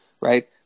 Right